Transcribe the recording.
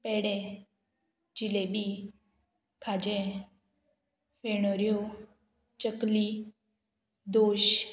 पेडे जिलेबी खाजें फेणोऱ्यो चकली दोश